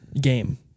Game